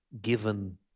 given